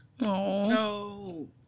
No